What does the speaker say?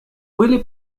были